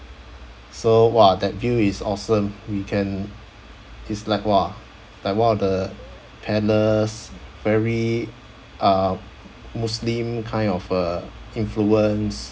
so !wah! that view is awesome we can it's like !wah! like one of the palace very uh muslim kind of uh influence